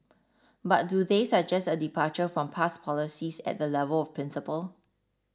but do they suggest a departure from past policies at the level of principle